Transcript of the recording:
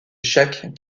jacques